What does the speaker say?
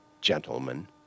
gentlemen